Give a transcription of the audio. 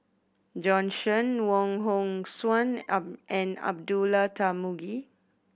Bjorn Shen Wong Hong Suen and Abdullah Tarmugi